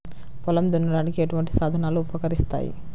పొలం దున్నడానికి ఎటువంటి సాధనలు ఉపకరిస్తాయి?